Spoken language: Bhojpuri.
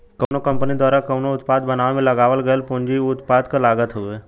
कउनो कंपनी द्वारा कउनो उत्पाद बनावे में लगावल गयल पूंजी उ उत्पाद क लागत हउवे